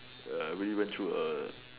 err really went through a